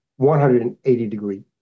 180-degree